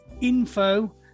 info